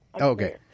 Okay